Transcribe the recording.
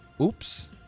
oops